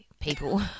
people